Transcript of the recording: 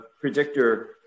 predictor